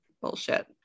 Bullshit